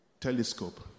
Telescope